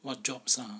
what jobs ah